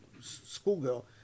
schoolgirl